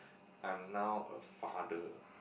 I'm now a father